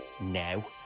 now